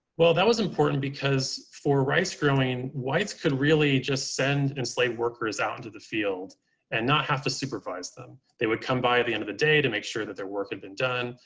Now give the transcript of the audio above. well, that was important because for rice growing, whites could really just send enslaved workers out into the field and not have to supervise them. they would come by the end of the day to make sure that their work had been done.